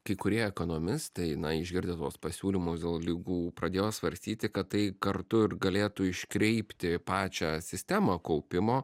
kai kurie ekonomistai na išgirdę tuos pasiūlymus dėl ligų pradėjo svarstyti kad tai kartu ir galėtų iškreipti pačią sistemą kaupimo